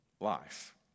life